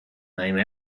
name